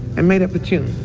i made up a tune